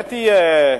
האמת היא,